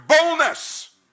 boldness